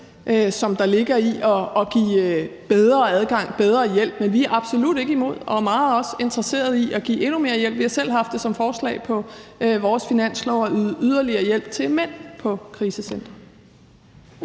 som der ligger i at give bedre adgang, bedre hjælp, vi er absolut ikke imod, og vi er også meget interesseret i at give endnu mere hjælp. Vi har selv haft det som forslag på vores finanslovsforslag at yde yderligere hjælp til mænd på krisecentre.